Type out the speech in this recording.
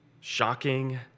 shocking